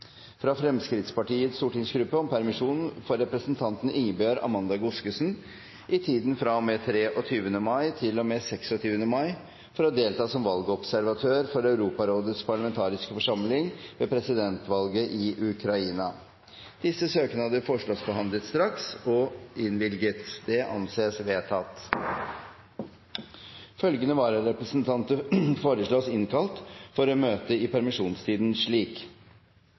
fra Fremskrittspartiets stortingsgruppe om permisjon for representanten Ingebjørg Amanda Godskesen i tiden fra og med 23. mai til og med 26. mai for å delta som valgobservatør for Europarådets parlamentariske forsamling ved presidentvalget i Ukraina Etter forslag fra presidenten ble enstemmig besluttet: Søknadene behandles straks og innvilges. Følgende vararepresentanter innkalles for å møte i permisjonstiden slik: